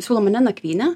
siūloma ne nakvynėę